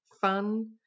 fun